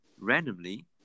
randomly